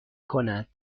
کند